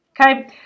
Okay